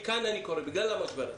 מכאן אני קורא, בגלל המשבר הזה,